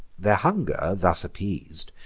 their hunger thus appeas'd,